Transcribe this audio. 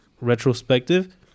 retrospective